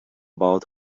about